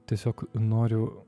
tiesiog noriu